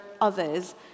others